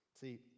See